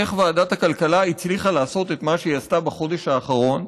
איך ועדת הכלכלה הצליחה לעשות את מה שהיא עשתה בחודש האחרון,